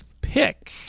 pick